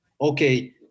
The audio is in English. okay